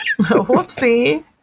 whoopsie